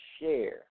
share